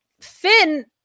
Finn